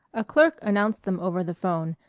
a clerk announced them over the phone,